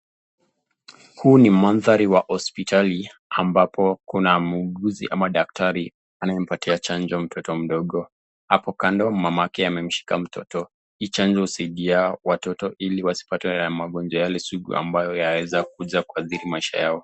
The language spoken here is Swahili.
Huu ni mandhari wa hospitali ambapo kuna muuguzi ama daktari anayempatia chanjo mtoto mdogo. Hapo kando mamake amemshika mtoto. Hii chanjo husaidia watoto ili wasipatwe na magonjwa yale sugu ambayo yaweza kuja kuathiri maisha yao.